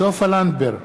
סופה לנדבר,